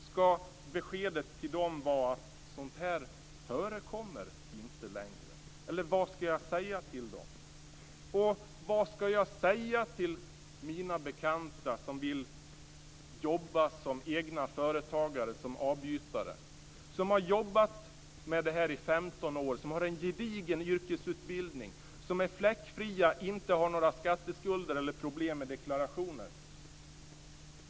Skall beskedet till dem vara att sådant inte förekommer längre? Eller vad skall jag säga till dem? Vad skall jag säga till mina bekanta som vill jobba som egna företagare som avbytare. De har jobbat med detta i 15 år. De har en gedigen yrkesutbildning och är fläckfria. De har inte några skatteskulder eller problem med deklarationer.